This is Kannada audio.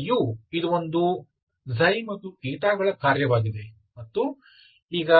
ಈಗ u ಇದು ಒಂದು ಮತ್ತು ಗಳ ಕಾರ್ಯವಾಗಿದೆ ಮತ್ತು ಈಗ